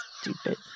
Stupid